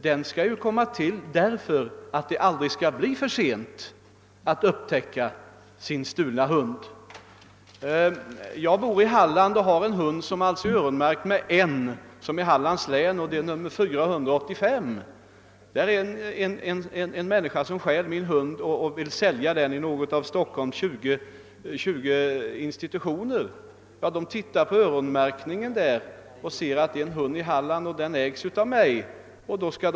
Denna märkning skall användas för att det aldrig skall bli för sent att upptäcka en stulen hund. Låt mig ta ett exempel: Jag bor i Halland och har en hund som är öronmärkt med N — för Hallands län — och numret 485. Om en människa stjäl min hund och vill sälja den till någon av Stockholms 20 institutioner, tittar vederbörande på öronmärkningen och ser att hunden kommer från Halland och kan lätt ta reda på att den ägs av mig.